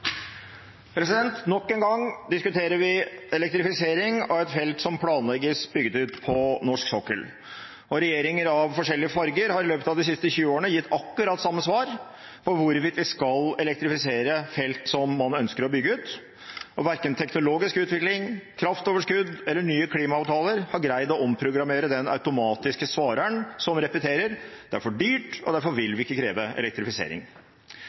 Nok en gang diskuterer vi elektrifisering av et felt som planlegges bygd ut på norsk sokkel. Regjeringer av forskjellige farger har i løpet av de siste 20 årene gitt akkurat samme svar på hvorvidt vi skal elektrifisere felt som man ønsker å bygge ut, og verken teknologisk utvikling, kraftoverskudd eller nye klimaavtaler har greid å omprogrammere den automatiske svareren som repeterer: Det er for dyrt, og derfor vil vi ikke kreve elektrifisering.